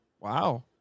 wow